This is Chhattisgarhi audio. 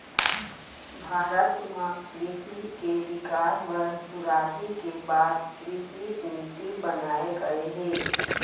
भारत म कृसि के बिकास बर सुराजी के बाद कृसि नीति बनाए गये हे